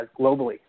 globally